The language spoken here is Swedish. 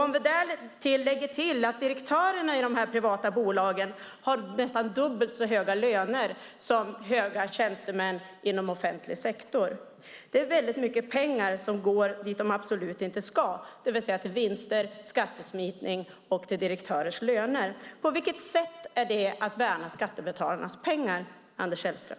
Dessutom kan vi lägga till att direktörerna i de här privata bolagen har nästan dubbelt så höga löner som höga tjänstemän inom offentlig sektor. Det är väldigt mycket pengar som går dit de absolut inte ska gå, det vill säga till vinster, skattesmitning och direktörers löner. På vilket sätt är det att värna skattebetalarnas pengar, Anders Sellström?